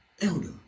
Elder